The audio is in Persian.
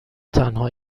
تنها